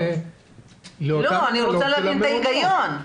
אני רוצה להבין את ההיגיון.